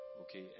Okay